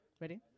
Ready